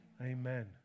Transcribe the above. Amen